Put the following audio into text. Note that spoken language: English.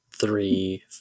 three